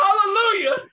hallelujah